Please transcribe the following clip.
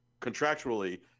contractually